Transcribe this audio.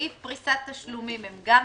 סעיף פריסת תשלומים הם גם מתנגדים,